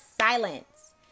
silence